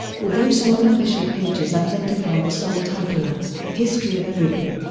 although some unofficial pages identify the song title as history of everything,